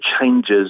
changes